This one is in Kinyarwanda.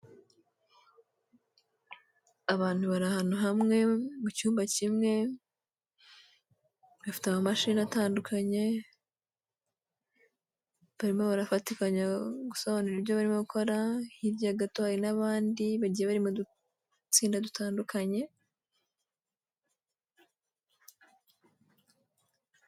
Abantu bari ahantu hamwe mu cyumba kimwe, bafite amamashini atandukanye, barimo barafatikanya gusobanura ibyo barimo gukora, hirya gato hari n'abandi bagiye bari mu dutsinda dutandukanye.